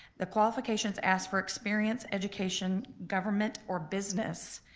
the qualifications ask for experience, education, government or business.